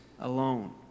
alone